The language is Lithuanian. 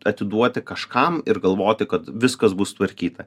atiduoti kažkam ir galvoti kad viskas bus sutvarkyta